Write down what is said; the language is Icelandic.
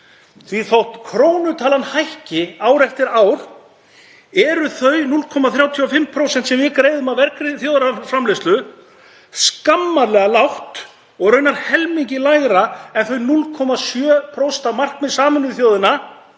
að þótt krónutalan hækki ár eftir ár eru þau 0,35% sem við greiðum af vergri þjóðarframleiðslu skammarlega lág og raunar helmingi lægri en þau 0,7% markmið Sameinuðu þjóðanna